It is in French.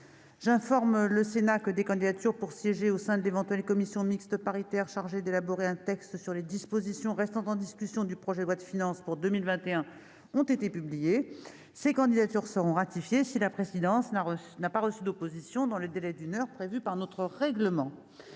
J'informe le Sénat que des candidatures pour siéger au sein de l'éventuelle commission mixte paritaire chargée d'élaborer un texte sur les dispositions restant en discussion du projet de loi de finances pour 2021 ont été publiées. Ces candidatures seront ratifiées si la présidence n'a pas reçu d'opposition dans le délai d'une heure prévu par notre règlement.